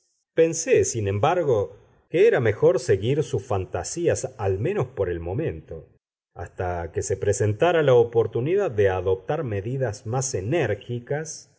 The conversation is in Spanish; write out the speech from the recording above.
pensé sin embargo que era mejor seguir sus fantasías al menos por el momento hasta que se presentara la oportunidad de adoptar medidas más enérgicas